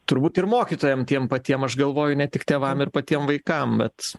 turbūt ir mokytojam tiem patiem aš galvoju ne tik tėvam ir patiem vaikam bet